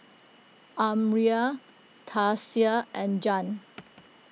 Almyra Tasia and Jann